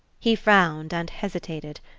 he frowned and hesitated.